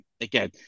Again